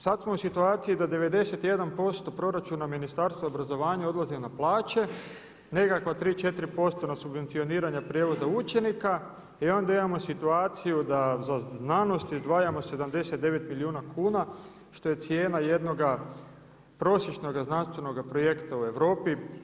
Sada smo u situaciji da 91% proračuna ministarstva obrazovanja odlazi na plaće, nekakva 3, 4% na subvencioniranja prijevoza učenika i onda imamo situaciju da za znanost izdvajamo 79 milijuna kuna što je cijena jednoga prosječnoga znanstvenoga projekta u Europi.